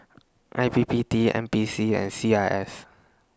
I P P T N P C and C I S